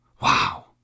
Wow